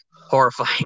horrifying